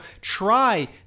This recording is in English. try